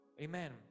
Amen